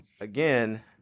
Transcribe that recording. Again